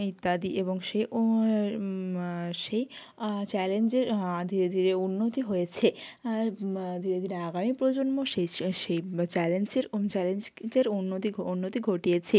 ইত্যাদি এবং সে ও সেই চ্যালেঞ্জের ধীরে ধীরে উন্নতি হয়েছে ধীরে ধীরে আগামী প্রজন্ম সেই চ্যালেঞ্জের ওম চ্যালেঞ্জের উন্নতি ঘ উন্নতি ঘটিয়েছে